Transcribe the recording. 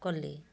କରିଲି